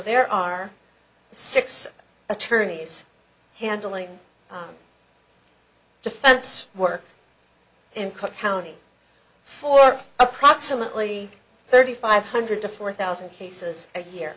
there are six attorneys handling defense work in cook county for approximately thirty five hundred to four thousand cases a year